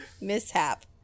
mishap